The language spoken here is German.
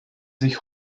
sich